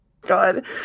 God